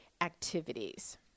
activities